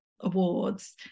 awards